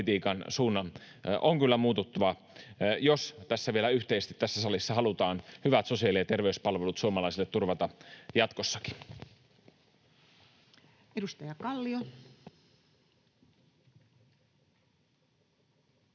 on kyllä muututtava, jos vielä yhteisesti tässä salissa halutaan hyvät sosiaali- ja terveyspalvelut suomalaisille turvata jatkossakin. Edustaja Kallio.